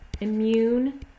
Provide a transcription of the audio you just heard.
immune